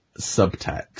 subtext